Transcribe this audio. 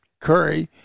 Curry